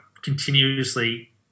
continuously